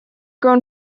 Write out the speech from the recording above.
grown